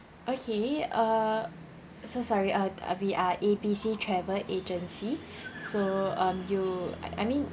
okay uh so sorry uh we are A B C travel agency so um you I mean